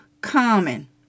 common